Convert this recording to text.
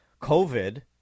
COVID